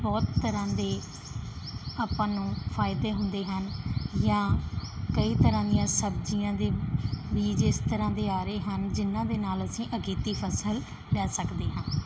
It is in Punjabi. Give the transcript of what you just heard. ਬਹੁਤ ਤਰ੍ਹਾਂ ਦੇ ਆਪਾਂ ਨੂੰ ਫਾਇਦੇ ਹੁੰਦੇ ਹਨ ਜਾਂ ਕਈ ਤਰ੍ਹਾਂ ਦੀਆਂ ਸਬਜ਼ੀਆਂ ਦੇ ਬੀਜ ਇਸ ਤਰ੍ਹਾਂ ਦੇ ਆ ਰਹੇ ਹਨ ਜਿਹਨਾਂ ਦੇ ਨਾਲ ਅਸੀਂ ਅਗੇਤੀ ਫਸਲ ਲੈ ਸਕਦੇ ਹਾਂ